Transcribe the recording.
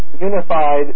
Unified